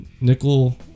Nickel